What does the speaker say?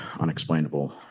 unexplainable